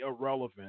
irrelevant